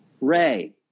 Ray